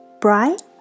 Bright